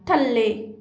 ਥੱਲੇ